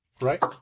right